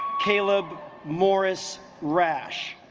caleb morris rash